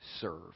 serve